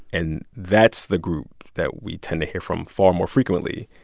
and that's the group that we tend to hear from far more frequently.